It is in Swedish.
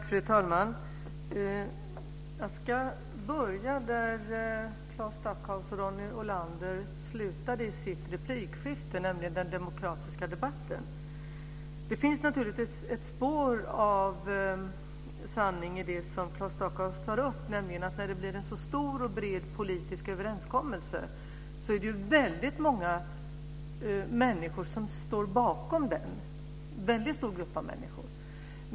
Fru talman! Jag ska börja där Claes Stockhaus och Det finns naturligtvis ett spår av sanning i det som Claes Stockhaus tar upp. När det blir en så stor och bred politisk överenskommelse är det många människor som står bakom den - en mycket stor grupp av människor.